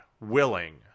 willing